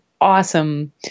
awesome